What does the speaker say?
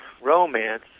romance